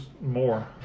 more